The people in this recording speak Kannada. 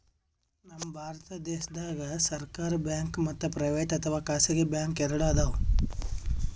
ನಮ್ ಭಾರತ ದೇಶದಾಗ್ ಸರ್ಕಾರ್ ಬ್ಯಾಂಕ್ ಮತ್ತ್ ಪ್ರೈವೇಟ್ ಅಥವಾ ಖಾಸಗಿ ಬ್ಯಾಂಕ್ ಎರಡು ಅದಾವ್